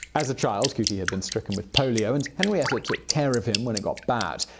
as a child, cootie had been stricken with polio and henrietta took care of him when it got bad.